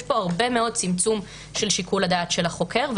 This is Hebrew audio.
יש צמצום רב בשיקול הדעת של החוקר,